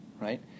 right